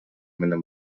менен